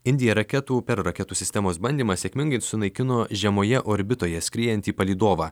indija raketų per raketų sistemos bandymą sėkmingai sunaikino žemoje orbitoje skriejantį palydovą